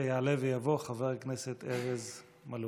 יעלה ויבוא חבר הכנסת ארז מלול.